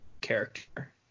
character